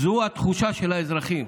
זו התחושה של האזרחים.